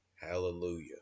Hallelujah